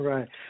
Right